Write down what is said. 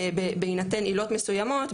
בהינתן עילות מסוימות,